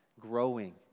growing